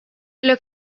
los